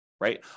right